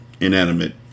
inanimate